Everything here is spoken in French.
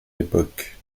époque